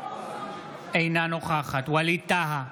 אינה נוכחת ווליד טאהא,